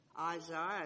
Isaiah